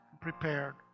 prepared